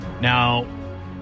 Now